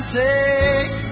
take